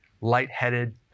lightheaded